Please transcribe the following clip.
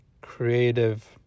creative